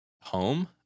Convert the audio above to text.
Home